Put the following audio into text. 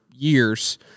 years